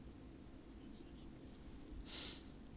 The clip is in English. nothing she eats like us